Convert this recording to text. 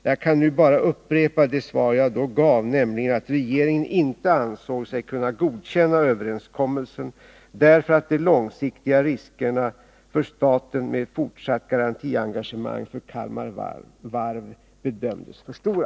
Jag kan nu bara upprepa det svar jag då gav, nämligen att regeringen inte ansåg sig kunna godkänna överenskommelsen därför att de långsiktiga riskerna för staten med fortsatt garantiengagemang för Kalmar Varv bedömdes för stora.